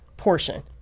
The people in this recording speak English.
portion